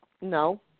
No